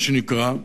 מה שנקרא,